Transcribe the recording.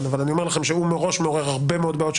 אבל אני אומר לכם שהוא מראש מעורר הרבה מאוד בעיות,